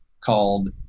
called